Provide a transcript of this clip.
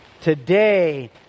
today